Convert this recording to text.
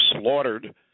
slaughtered